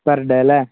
per day അല്ലേ